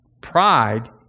pride